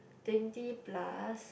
twenty plus